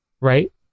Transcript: right